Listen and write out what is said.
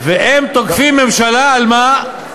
והם תוקפים ממשלה, על מה?